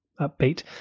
upbeat